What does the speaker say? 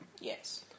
Yes